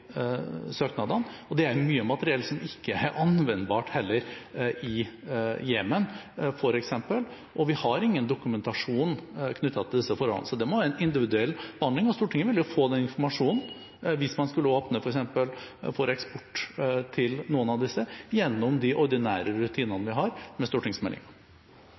søknadene, og det er mye materiell som heller ikke er anvendbart i f.eks. Jemen. Vi har ingen dokumentasjon knyttet til disse forholdene, så det må være en individuell behandling. Stortinget vil få informasjon hvis man skulle åpne for f.eks. eksport til noen av disse landene, gjennom de ordinære rutinene vi har,